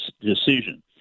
decision